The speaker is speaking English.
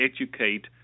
educate